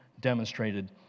demonstrated